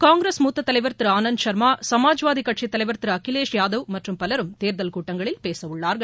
காய்கிரஸ் மூத்த தலைவர் திரு ஆனந்த் சர்மா சமாஜ் வாதி தலைவர் திரு அகிலேஷ் யாதவ் மற்றும் பலரும் தேர்தல் கூட்டங்களில் பேச உள்ளார்கள்